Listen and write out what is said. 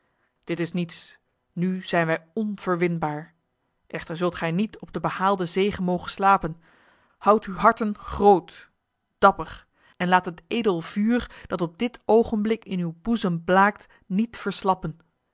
dit is niets nu zijn wij onverwinbaar echter zult gij niet op de behaalde zege mogen slapen houdt uw harten groot dapper en laat het edel vuur dat op dit ogenblik in uw boezem blaakt niet verslappen